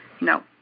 No